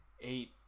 eight